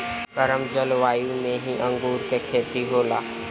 गरम जलवायु में ही अंगूर के खेती होला